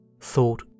thought